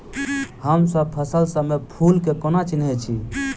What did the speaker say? हमसब फसल सब मे फूल केँ कोना चिन्है छी?